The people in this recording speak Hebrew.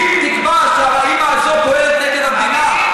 היא תקבע שהאימא הזאת פועלת נגד המדינה?